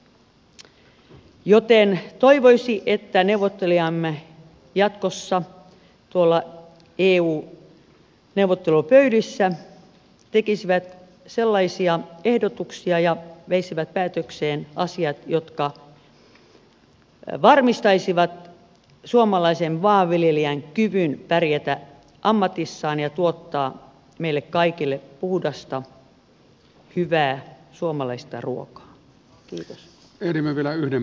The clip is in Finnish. näin ollen toivoisi että neuvottelijamme jatkossa tuolla eu neuvottelupöydissä tekisivät sellaisia ehdotuksia ja veisivät päätökseen asiat jotka varmistaisivat suomalaisen maanviljelijän kyvyn pärjätä ammatissaan ja tuottaa meille kaikille puhdasta hyvää suomalaista ruokaa